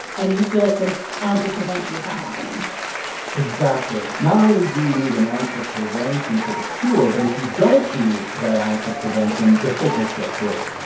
and you feel like the ounce of prevention is not happening exactly. not only do you need an ounce of prevention for the cure, but if you don't do that ounce of prevention, the sickness gets worse